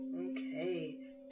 Okay